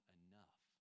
enough